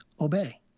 obey